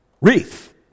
wreath